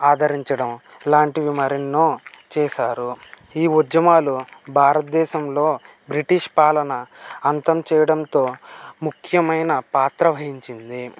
ఆదరించడం ఇలాంటివి మరెన్నో చేశారు ఈ ఉద్యమాలు భారతదేశంలో బ్రిటిష్ పాలన అంతం చేయడంతో ముఖ్యమైన పాత్ర వహించింది